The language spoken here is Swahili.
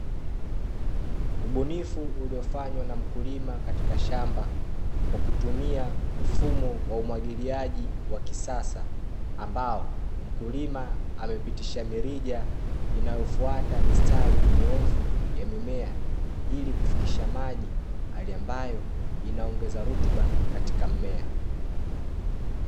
Ubunifu uliofanywa na mkulima katika shamba kwa kutumia mfumo wa umwagiliaji wa kisasa ambao, mkulima amepitisha mirija inayofwata mistari minyoofu ya mimea ili kufikisha maji hali ambayo inaongeza rutuba katika mmea.